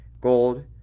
gold